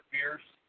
Pierce